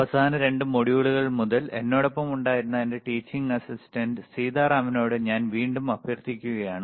അവസാന 2 മൊഡ്യൂളുകൾ മുതൽ എന്നോടൊപ്പം ഉണ്ടായിരുന്ന എന്റെ ടീച്ചിംഗ് അസിസ്റ്റന്റ് സീതാറാമിനോട് ഞാൻ വീണ്ടും അഭ്യർത്ഥിക്കുകയാണ്